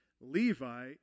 Levi